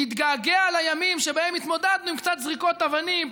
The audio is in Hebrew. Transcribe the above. להתגעגע לימים שבהם התמודדנו עם קצת זריקות אבנים,